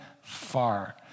far